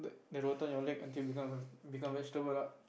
the your leg until become become vegetable lah